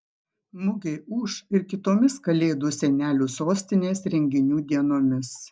mugė ūš ir kitomis kalėdų senelių sostinės renginių dienomis